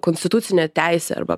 konstitucinė teisė arba